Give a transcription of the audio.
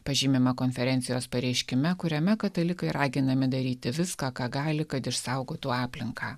pažymima konferencijos pareiškime kuriame katalikai raginami daryti viską ką gali kad išsaugotų aplinką